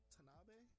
Tanabe